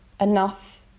enough